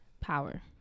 Power